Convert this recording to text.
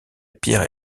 pierre